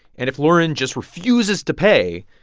and if lauren just refuses to pay,